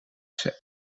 set